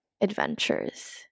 adventures